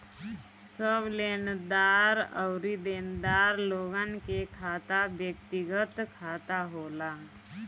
सब लेनदार अउरी देनदार लोगन के खाता व्यक्तिगत खाता होला